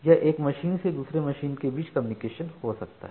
यह एक मशीन से दूसरे मशीन के बीच कम्युनिकेशन हो सकता है